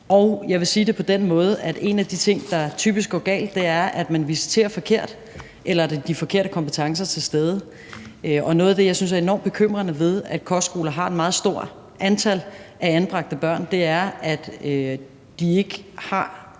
og jeg vil sige det på den måde, at en af de ting, der typisk går galt, er, at man visiterer forkert, eller at der er de forkerte kompetencer til stede. Og noget af det, som jeg synes er enormt bekymrende ved, at kostskoler har et meget stort antal anbragte børn, er, at de ikke har